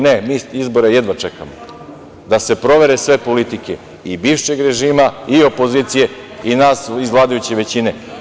Ne, mi izbore jedva čekamo, da se provere sve politike i bivšeg režima i opozicije i nas iz vladajuće većine.